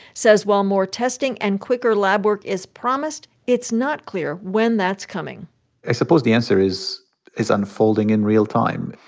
says while more testing and quicker lab work is promised, it's not clear when that's coming i suppose the answer is is unfolding in real time.